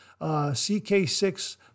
CK6